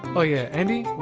oh yeah, andie,